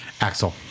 Axel